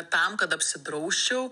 tam kad apsidrausčiau